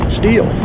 steel